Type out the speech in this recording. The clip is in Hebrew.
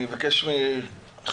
אני אבקש מחבר